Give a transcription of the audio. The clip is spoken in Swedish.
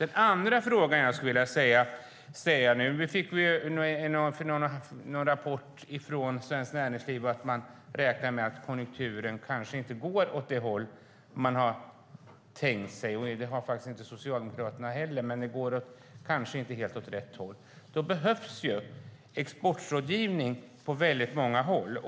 En annan fråga: Vi har fått en rapport från Svenskt Näringsliv som räknar med att konjunkturen kanske inte går åt det håll de har tänkt sig. Det går kanske inte helt åt rätt håll enligt Socialdemokraterna heller. Då behövs exportrådgivning på väldigt många håll.